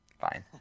fine